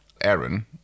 Aaron